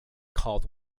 called